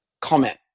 comment